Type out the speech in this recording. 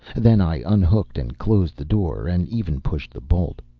then i unhooked and closed the door and even pushed the bolt.